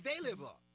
available